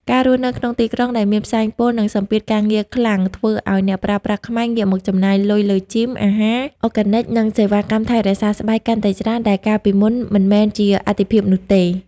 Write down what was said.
ការរស់នៅក្នុងទីក្រុងដែលមានផ្សែងពុល និងសម្ពាធការងារខ្លាំង ធ្វើឱ្យអ្នកប្រើប្រាស់ខ្មែរងាកមកចំណាយលុយលើ Gym, អាហារ Organic និងសេវាកម្មថែរក្សាស្បែកកាន់តែច្រើន ដែលកាលពីមុន មិនមែនជាអាទិភាពនោះទេ។